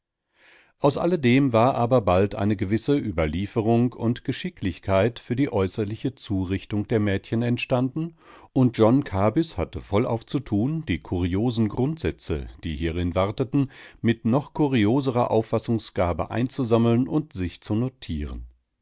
aus alledem war aber bald eine gewisse überlieferung und geschicklichkeit für die äußerliche zurichtung der mädchen entstanden und john kabys hatte vollauf zu tun die kuriosen grundsätze die hierin walteten mit noch kurioserer auffassungsgabe einzusammeln und sich zu notieren